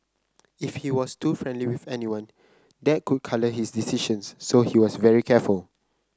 if he was too friendly with anyone that could colour his decisions so he was very careful